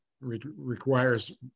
requires